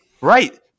right